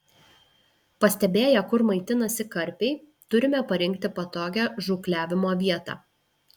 pastebėję kur maitinasi karpiai turime parinkti patogią žūklavimo vietą